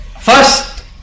First